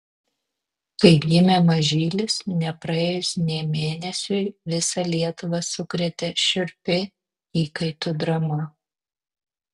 kai gimė mažylis nepraėjus nė mėnesiui visą lietuvą sukrėtė šiurpi įkaitų drama